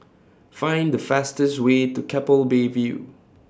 Find The fastest Way to Keppel Bay View